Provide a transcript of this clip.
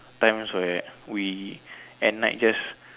times where we at night just